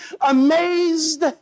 amazed